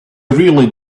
really